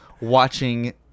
watching